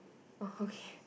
oh okay